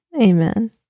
Amen